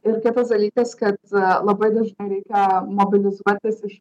ir kitas dalykas kad labai dažnai reikia mobilizuotis iš